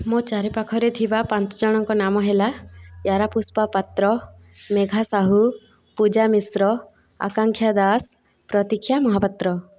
ମୋ ଚାରି ପାଖରେ ପାଞ୍ଚ ଜଣଙ୍କ ନାମ ହେଲା ୟାରାପୁଷ୍ପା ପାତ୍ର ମେଘା ସାହୁ ପୂଜା ମିଶ୍ର ଆକାଂକ୍ଷା ଦାସ ପ୍ରତୀକ୍ଷା ମହାପାତ୍ର